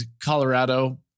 Colorado